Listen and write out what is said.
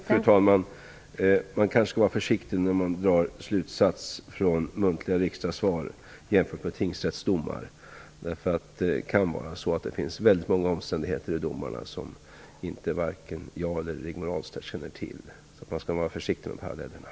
Fru talman! Man skall kanske vara försiktig när man drar slutsatser från muntliga svar i riksdagen jämfört med tingsrättsdomar. Det kan vara så att det finns väldigt många omständigheter i domarna som varken jag eller Rigmor Ahlstedt känner till. Man skall vara försiktig när man drar paralleller.